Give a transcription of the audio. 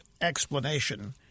explanation